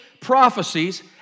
prophecies